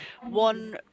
one